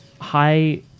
high